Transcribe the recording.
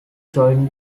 joined